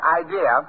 idea